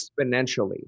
exponentially